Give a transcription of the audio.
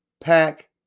pack